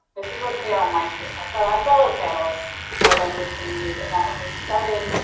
this is where they are on my screen our fellow fellow panelists' language communities in that when we started